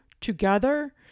together